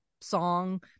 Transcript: song